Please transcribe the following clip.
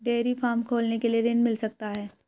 Dairy farm खोलने के लिए ऋण मिल सकता है?